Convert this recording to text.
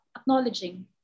acknowledging